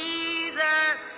Jesus